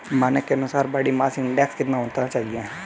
मानक के अनुसार बॉडी मास इंडेक्स कितना होना चाहिए?